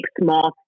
small